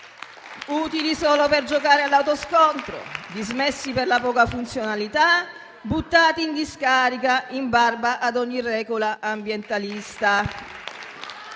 utili solo per giocare all'autoscontro, dismessi per la poca funzionalità, buttati in discarica in barba ad ogni regola ambientalista.